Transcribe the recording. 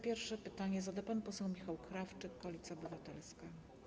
Pierwsze pytanie zada pan poseł Michał Krawczyk, Koalicja Obywatelska.